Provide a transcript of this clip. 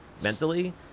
mentally